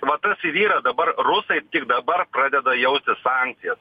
va tas ir yra dabar rusai tik dabar pradeda jausti sankcijas